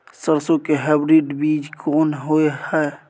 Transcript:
सरसो के हाइब्रिड बीज कोन होय है?